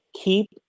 keep